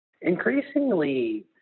Increasingly